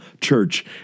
Church